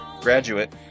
graduate